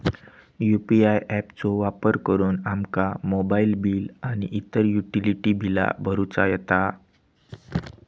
UPI app चो वापर करुन आमका मोबाईल बिल आणि इतर युटिलिटी बिला भरुचा येता